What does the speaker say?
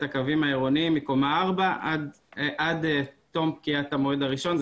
הקווים העירוניים בקומה 4 עד תום פקיעת המועד הראשון,